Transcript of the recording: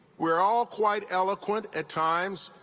we are all quite eloquent at times.